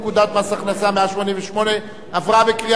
הכנסה (מס' 188) עברה בקריאה שנייה.